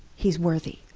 he's worthy.